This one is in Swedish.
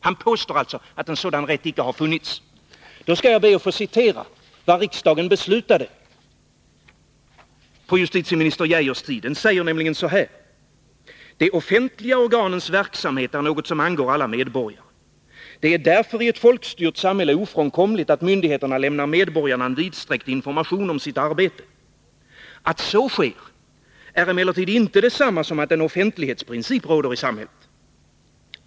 Jag skall då be att få citera vad riksdagen beslöt på justitieminister Geijers tid. Departementschefen uttalade då: ”De offentliga organens verksamhet är något som angår alla medborgare. Det är därför i ett folkstyrt samhälle ofrånkomligt, att myndigheterna lämnar medborgarna en vidsträckt information om sitt arbete. Att så sker är emellertid inte detsamma som att en offentlighetsprincip råder i samhället.